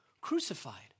crucified